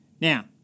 Now